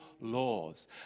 laws